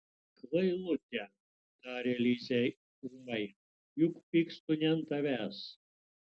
kvailute taria lizė ūmai juk pykstu ne ant tavęs